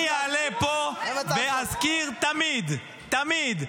אני אעלה פה ואזכיר תמיד, תמיד,